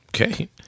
okay